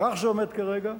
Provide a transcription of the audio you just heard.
כך זה עומד כרגע.